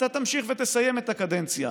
אתה תמשיך ותסיים את הקדנציה.